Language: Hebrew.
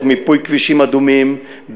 במיפוי כבישים אדומים,